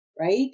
right